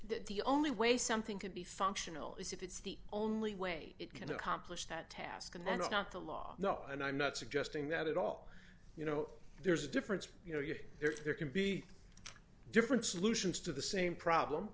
the only way something can be functional is if it's the only way it can accomplish that task and then it's not the law no and i'm not suggesting that at all you know there's a difference you know you there can be different solutions to the same problem